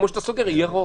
כמו שאתה סוגר אי ירוק.